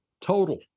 total